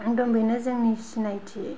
आंदग बेनो जोंनि सिनायथि